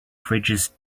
fridges